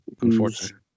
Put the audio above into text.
Unfortunately